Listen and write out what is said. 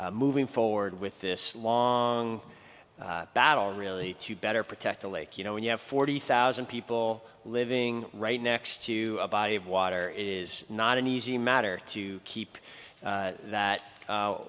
keep moving forward with this long battle really to better protect the lake you know when you have forty thousand people living right next to a body of water is not an easy matter to keep that that